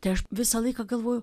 tai aš visą laiką galvoju